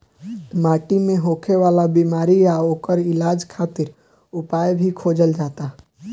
माटी मे होखे वाला बिमारी आ ओकर इलाज खातिर उपाय भी खोजल जाता